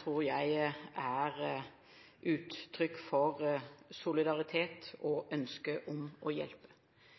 tror jeg er uttrykk for solidaritet og et ønske om å hjelpe.